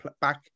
back